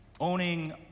owning